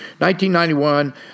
1991